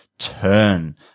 turn